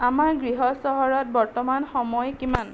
আমাৰ গৃহ চহৰত বৰ্তমান সময় কিমান